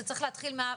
זה צריך להתחיל מהפתיחה,